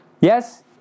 yes